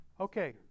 Okay